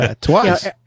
twice